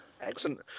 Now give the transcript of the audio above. Excellent